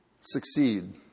Succeed